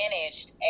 managed